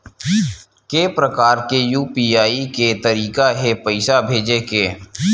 के प्रकार के यू.पी.आई के तरीका हे पईसा भेजे के?